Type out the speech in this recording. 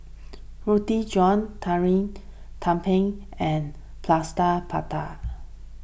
Roti John Tumpeng and Plaster Prata